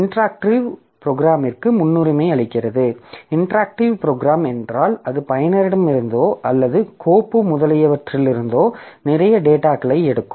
interactive program என்றால் அது பயனரிடமிருந்தோ அல்லது கோப்பு முதலியவற்றிலிருந்தோ நிறைய டேட்டாகளை எடுக்கும்